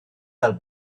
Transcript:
fel